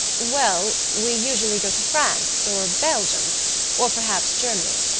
well, we usually go to france or belgium or perhaps germany,